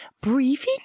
breathing